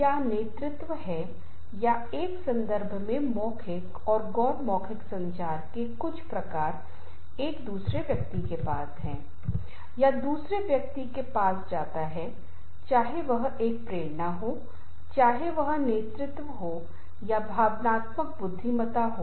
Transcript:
यदि समूह के सदस्यों के पास उचित समझ और अच्छा संबंध है तो वे हमेशा एक दूसरे की राय को समझने की कोशिश करेंगे और वे कुछ ऐसा करेंगे जो वास्तव में हर किसी के लिए बहुत स्वीकार्य है